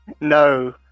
No